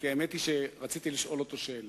כי האמת היא שרציתי לשאול אותו שאלה.